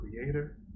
creator